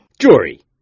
Jory